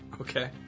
Okay